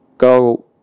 Go